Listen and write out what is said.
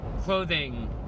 clothing